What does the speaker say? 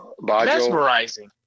Mesmerizing